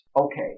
Okay